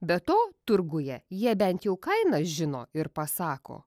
be to turguje jie bent jau kainas žino ir pasako